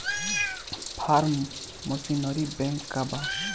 Form machinery bank का बा?